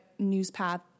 NewsPath